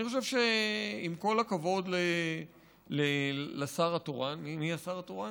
אני חושב שעם כל הכבוד לשר התורן, מי השר התורן?